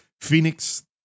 Phoenix